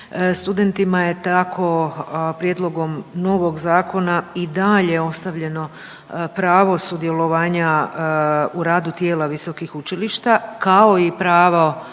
Studentima je tako prijedlogom novog zakona i dalje ostavljeno pravo sudjelovanja u radu tijela visokih učilišta kao i pravo